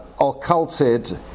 occulted